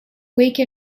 wake